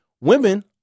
women